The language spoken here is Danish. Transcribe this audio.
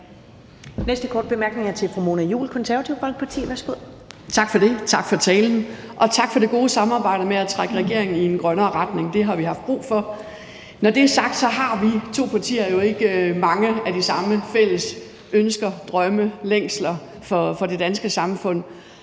næste korte bemærkning er til fru Mona Juul, Det Konservative Folkeparti. Værsgo. Kl. 15:30 Mona Juul (KF): Tak for det, tak for talen, og tak for det gode samarbejde med at trække regeringen i en grønnere retning. Det har vi haft brug for. Når det er sagt, har vi to partier jo ikke mange af de samme fælles ønsker, drømme og længsler for det danske samfund;